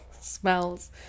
smells